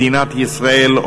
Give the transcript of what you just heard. מדינת ישראל,